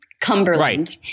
Cumberland